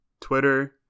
Twitter